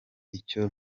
icyo